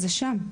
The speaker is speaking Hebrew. וזה שם.